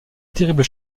terrible